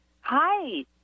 Hi